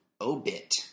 Obit